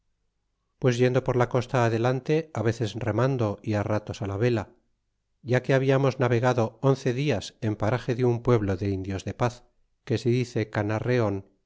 pues yendo por la costa adelante á veces remando y á ratos á la vela ya que hablamos navegado once dias en parage de un pueblo de indios de paz que se dice canarreon